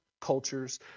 cultures